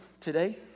today